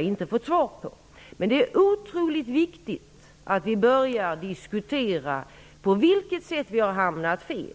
inte fått svar på den. Det är kolossalt viktigt att vi börjar diskutera på vilket sätt vi har hamnat fel.